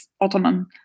Ottoman